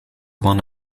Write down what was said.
won